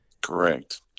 Correct